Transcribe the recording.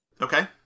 Okay